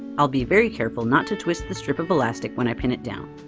i'll be very careful not to twist the strip of elastic when i pin it down.